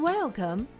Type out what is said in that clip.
Welcome